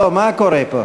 מה קורה פה?